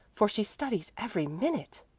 for she studies every minute,